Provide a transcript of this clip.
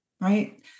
right